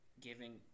giving